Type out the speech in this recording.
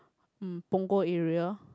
um Punggol area